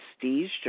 prestige